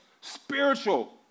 spiritual